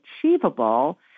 achievable